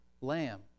lamb